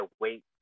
wait